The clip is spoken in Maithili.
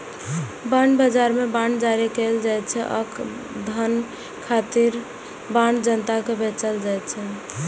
बांड बाजार मे बांड जारी कैल जाइ छै आ धन खातिर बांड जनता कें बेचल जाइ छै